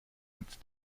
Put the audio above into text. und